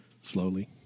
Slowly